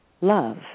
love